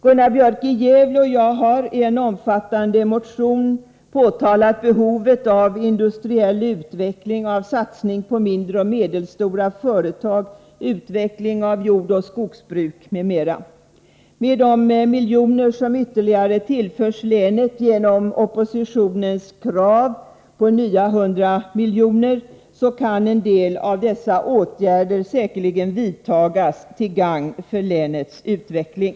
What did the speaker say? Gunnar Björk i Gävle och jag har i en omfattande motion pekat på behovet av industriell utveckling, satsning på mindre och medelstora företag, utveckling av jordoch skogsbruk, m.m. Med det tillskott som länet får genom oppositionens krav på ytterligare 100 milj.kr. kan en del av dessa åtgärder säkerligen vidtas, till gagn för länets utveckling.